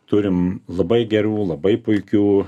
turim labai gerų labai puikių